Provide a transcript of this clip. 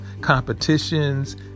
competitions